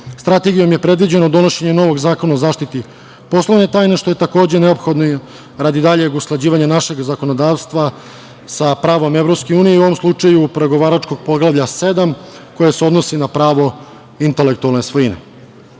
Strategijom je predviđeno donošenje novog zakona o zaštiti poslovne tajne, što je takođe neophodno radi daljeg usklađivanja našeg zakonodavstva sa pravom EU i u ovom slučaju pregovaračkog Poglavlja 7. koje se odnosi na pravo intelektualne